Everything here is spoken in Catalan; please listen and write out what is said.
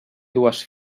dues